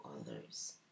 Others